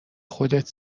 خودت